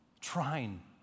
trying